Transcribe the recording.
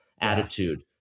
attitude